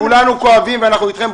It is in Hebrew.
כולנו כואבים ואנחנו אתכם.